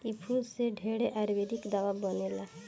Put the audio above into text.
इ फूल से ढेरे आयुर्वेदिक दावा बनेला